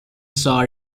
saw